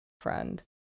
friend